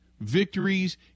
victories